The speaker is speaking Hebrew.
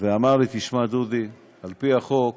ואמר לי: תשמע, דודי, על פי החוק